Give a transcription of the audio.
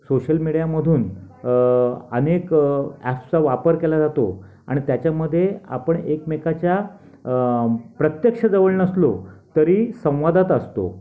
social मीडियामधून अनेक ॲप्सचा वापर केला जातो आणि त्याच्यामध्ये आपण एकमेकाच्या प्रत्यक्ष जवळ नसलो तरी संवादात असतो